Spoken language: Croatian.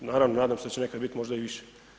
Naravno nadam se da će nekada biti i možda više.